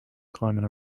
climbing